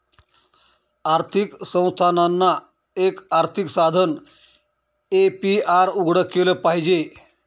आर्थिक संस्थानांना, एक आर्थिक साधन ए.पी.आर उघडं केलं पाहिजे